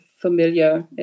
familiar